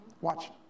Watch